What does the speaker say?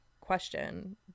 question